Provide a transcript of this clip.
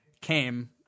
came